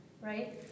right